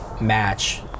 match